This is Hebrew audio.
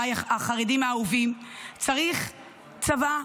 אחיי החרדים האהובים, צריך צבא.